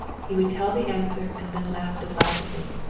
he would tell the answer and then laugh delightedly.